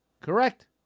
Correct